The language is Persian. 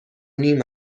نیم